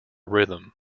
rhythm